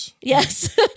Yes